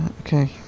Okay